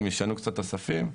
אם ישנו קצת את הספים.